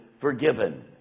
forgiven